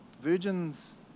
Virgins